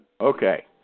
Okay